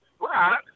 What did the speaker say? Right